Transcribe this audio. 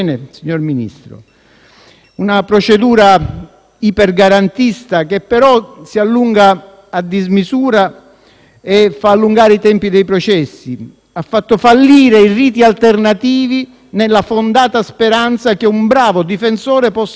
una procedura ipergarantista, che però si allunga a dismisura e fa allungare i tempi dei processi. Ha fatto fallire i riti alternativi, nella fondata speranza che un bravo difensore possa far ottenere